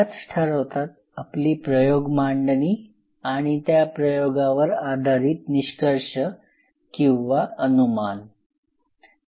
त्याच ठरवतात आपली प्रयोगमांडणी आणि त्या प्रयोगावर आधारित निष्कर्ष किंवा अनुमान